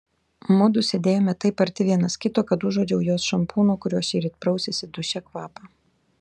mudu sėdėjome taip arti vienas kito kad užuodžiau jos šampūno kuriuo šįryt prausėsi duše kvapą